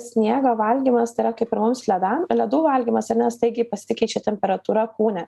sniego valgymas tai yra kaip ir mums ledam ledų valgymas ar ne staigiai pasikeičia temperatūra kūne